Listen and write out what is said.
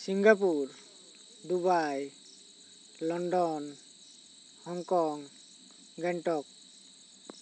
Singapore Dubai London Hong Kong Gangtok